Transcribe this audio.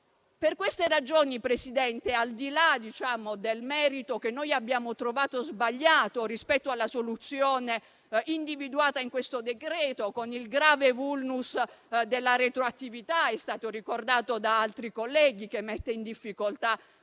Per queste ragioni, signor Presidente, al di là del merito, che noi abbiamo trovato sbagliato rispetto alla soluzione individuata in questo decreto-legge, con il grave *vulnus* della retroattività - è stato ricordato da altri colleghi - che non solo mette in difficoltà